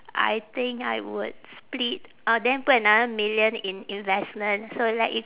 I think I would split uh then put another million in investment so let it